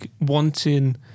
wanting